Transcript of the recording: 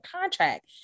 contract